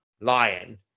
lion